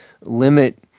limit